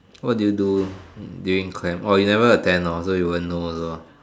what do you during camp orh you never attend lor so you won't know also